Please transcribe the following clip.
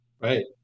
Right